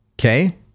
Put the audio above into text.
Okay